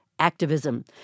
Activism